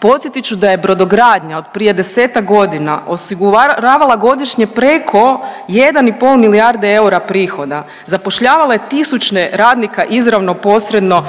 Podsjetit ću da je brodogradnja od prije 10-tak godina osiguravala godišnje preko 1,5 milijarde eura prihoda, zapošljavala je tisuće radnika izravno, posredno